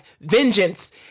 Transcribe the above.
vengeance